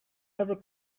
never